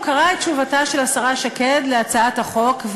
הוא קרא את תשובתה של השרה שקד להצעת החוק,